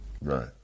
Right